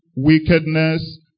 Wickedness